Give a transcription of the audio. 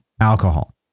alcohol